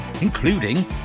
Including